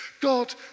God